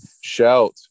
Shout